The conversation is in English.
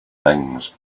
things